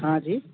हाँ जी